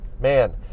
man